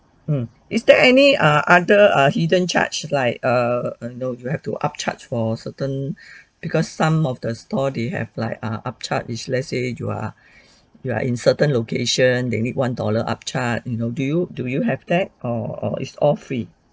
mm is there any err other err hidden charge like err you know you have to up charge for certain because some of the store they have like err up charge if let say you are you are in certain locations they need one dollar up charge and you know do you do you have that or it's all free